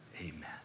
Amen